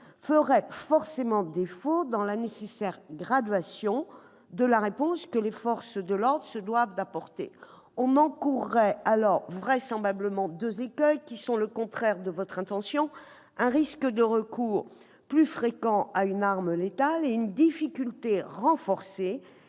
ferait forcément défaut dans la nécessaire gradation de la réponse que les forces de l'ordre se doivent d'apporter. On encourrait alors vraisemblablement deux écueils, qui sont le contraire de votre intention, madame la présidente Assassi : un risque de recours plus fréquent à une arme létale et une difficulté renforcée-